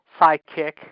sidekick